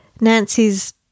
Nancy's